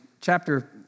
chapter